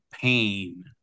pain